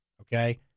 okay